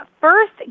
first